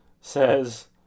says